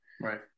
right